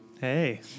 Hey